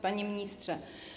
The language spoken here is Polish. Panie Ministrze!